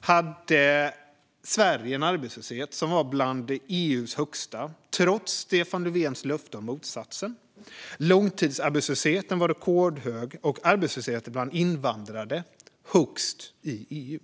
hade Sverige en arbetslöshet som var bland EU:s högsta, trots Stefan Löfvens löfte om motsatsen. Långtidsarbetslösheten var rekordhög, och arbetslösheten bland invandrade högst i EU.